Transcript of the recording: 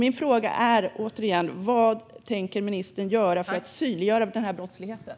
Vad tänker ministern göra för att synliggöra brottsligheten?